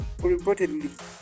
reportedly